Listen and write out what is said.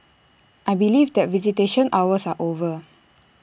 I believe that visitation hours are over